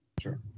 Sure